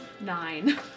Nine